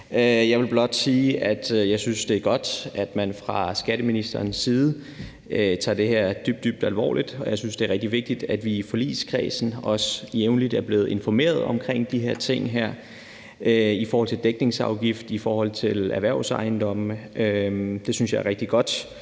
Jeg vil blot sige, at jeg synes, det er godt, at man fra skatteministerens side tager det her dybt, dybt alvorligt, og jeg synes, det er rigtig vigtigt, at vi i forligskredsen jævnligt er blevet informeret omkring de her ting i forhold til dækningsafgift og erhvervsejendomme. Det synes jeg er rigtig godt.